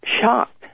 shocked